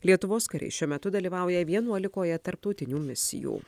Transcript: lietuvos kariai šiuo metu dalyvauja vienuolikoje tarptautinių misijų